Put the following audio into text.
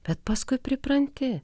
bet paskui pripranti